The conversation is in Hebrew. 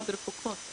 הן עוד רחוקות.